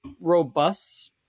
robust